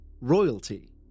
royalty